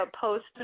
post